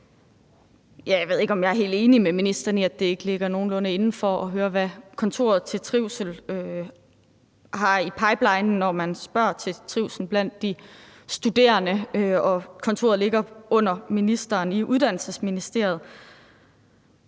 Jeg ved ikke, om jeg er helt enig med ministeren i, at det ikke ligger nogenlunde inden for, hvad kontoret for trivsel har i pipelinen, når man spørger til trivslen blandt de studerende og kontoret ligger under ministeren i Uddannelsesministeriet.